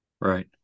Right